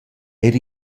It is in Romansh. eir